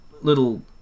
little